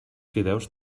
fideus